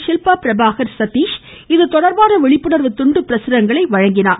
ஷில்பா பிரபாகா இதுதொடர்பான விழிப்புணர்வு துண்டு பிரசுரங்களை வழங்கினார்